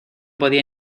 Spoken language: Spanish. podía